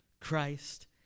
Christ